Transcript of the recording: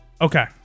Okay